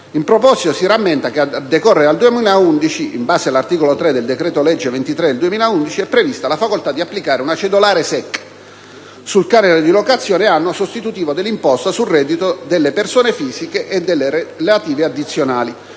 In proposito, si rammenta che a decorrere dal 2011, in base all'articolo 3 del decreto legislativo n. 23 del 2011, è prevista la facoltà di applicare una cedolare secca sul canone di locazione annuo sostitutiva dell'imposta sul reddito delle persone fisiche e delle relative addizionali,